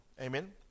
Amen